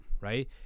Right